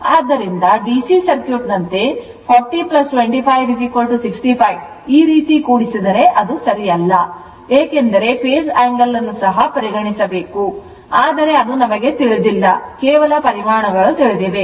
ಆದ್ದರಿಂದ DC circuit ನಂತೆ 40 25 65 ಈ ರೀತಿ ಕೂಡಿಸಿದರೆ ಅದು ಸರಿಯಲ್ಲ ಏಕೆಂದರೆ phase angle ಅನ್ನು ಪರಿಗಣಿಸಬೇಕು ಆದರೆ ಅದು ನಮಗೆ ತಿಳಿದಿಲ್ಲ ಕೇವಲ ಪರಿಮಾಣಗಳು ತಿಳಿದಿವೆ